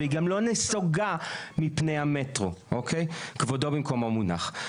והיא גם לא נסוגה מפני המטרו, כבודו במקומו מונח.